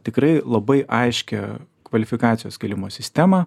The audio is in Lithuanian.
tikrai labai aiškią kvalifikacijos kėlimo sistemą